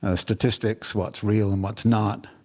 ah statistics what's real and what's not.